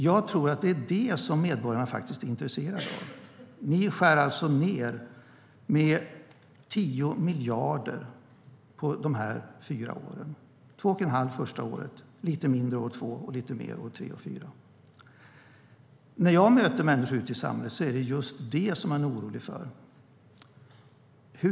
Jag tror att det är det som medborgarna är intresserade av. När jag möter människor ute i samhället är det just det som de är oroliga för.